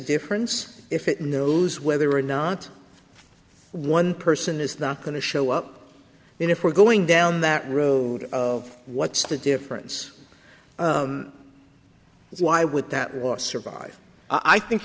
difference if it knows whether or not one person is not going to show up and if we're going down that road of what's the difference is why would that was survive i think